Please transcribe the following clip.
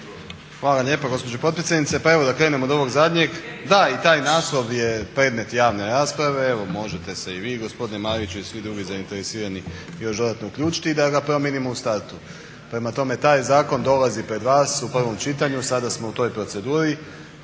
ga promijenimo u startu. Prema tome, taj zakon dolazi pred vas u prvom čitanju, sada smo u toj proceduri.